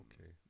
Okay